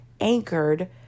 anchored